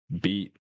beat